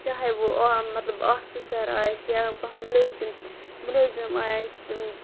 چاہے وہ مطلب آفِسَر آسہِ یا کانٛہہ مُلٲزِم مُلٲزِم آسہِ